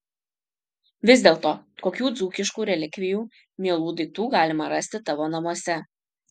vis dėlto kokių dzūkiškų relikvijų mielų daiktų galima rasti tavo namuose